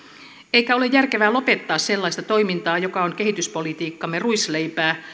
eikä ole järkevää lopettaa sellaista toimintaa joka on kehityspolitiikkamme ruisleipää